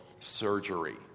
surgery